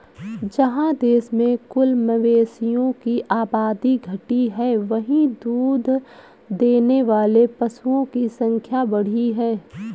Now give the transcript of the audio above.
जहाँ देश में कुल मवेशियों की आबादी घटी है, वहीं दूध देने वाले पशुओं की संख्या बढ़ी है